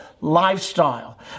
lifestyle